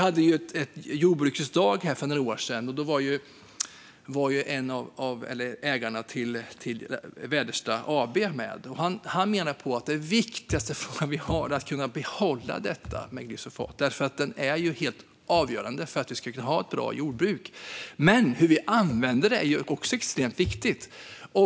På Jordbrukets dag för några år sedan var en av ägarna till Väderstad AB med, och han menade att vi måste ha kvar glyfosaten eftersom den är helt avgörande för ett bra jordbruk. Hur man använder den är dock extremt viktigt.